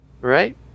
Right